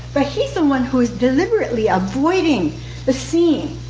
but he's the one who is deliberately avoiding the scene,